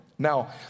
Now